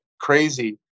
crazy